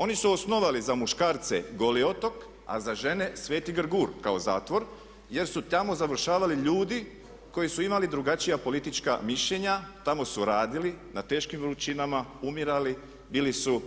Oni su osnovali za muškarce Goli otok, a za žene Sveti Grgur kao zatvor jer su tamo završavali ljudi koji su imali drugačija politička mišljenja, tamo su radili na teškim vrućinama, umirali, bili su